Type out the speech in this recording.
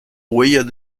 huellas